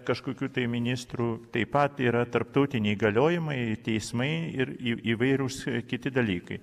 kažkokių tai ministrų taip pat yra tarptautiniai įgaliojimai teismai ir įvairūs kiti dalykai